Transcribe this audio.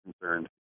concerned